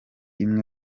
imwe